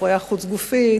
הפריה חוץ-גופית,